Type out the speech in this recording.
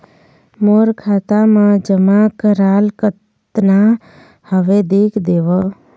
मोर खाता मा जमा कराल कतना हवे देख देव?